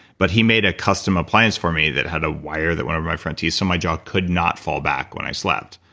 but he made a custom appliance for me that had a wire that went to my front teeth so my jaw could not fall back when i slept.